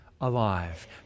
alive